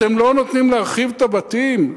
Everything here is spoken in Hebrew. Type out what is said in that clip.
אתם לא נותנים להרחיב את הבתים?